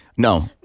No